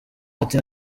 ati